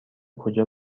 کجا